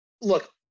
look